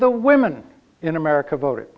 the women in america voted